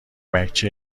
بچه